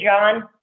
John